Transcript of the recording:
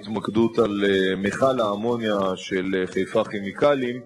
שבהם נקבעו מרחקי הפרדה בין מקורות סיכון קיימים לבין אוכלוסייה,